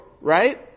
right